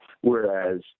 whereas